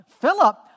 Philip